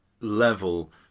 level